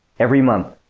every month.